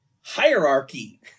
hierarchy